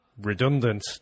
redundant